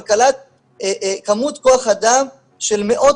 אבל הוא קלט כמות כוח אדם של מאות